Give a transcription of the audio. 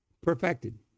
perfected